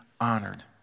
honored